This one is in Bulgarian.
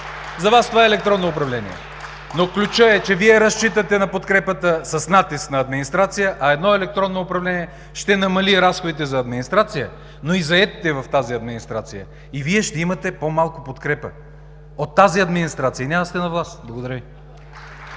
За Вас това е електронно управление. Но ключът е, че Вие разчитате на подкрепа с натиск над администрацията, а едно електронно управление ще намали разходите за администрацията, но и заетите в тази администрация, и Вие ще имате по-малко подкрепа от тази администрация и няма да сте на власт. Благодаря Ви.